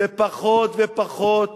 זה פחות ופחות